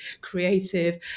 creative